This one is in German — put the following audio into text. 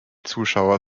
zuschauer